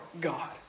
God